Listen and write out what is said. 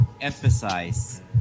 emphasize